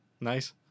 Nice